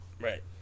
Right